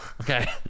Okay